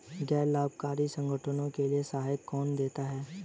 गैर लाभकारी संगठनों के लिए सहायता कौन देता है?